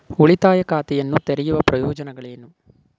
ಉಳಿತಾಯ ಖಾತೆಯನ್ನು ತೆರೆಯುವ ಪ್ರಯೋಜನಗಳೇನು?